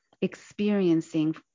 experiencing